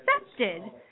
accepted